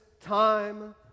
time